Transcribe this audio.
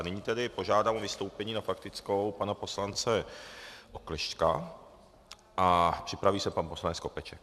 Nyní tedy požádám o vystoupení na faktickou pana poslance Oklešťka a připraví se pan poslanec Skopeček.